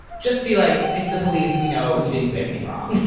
just be like it's the police. we know you didn't do anything wrong.